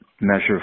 measure